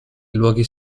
luoghi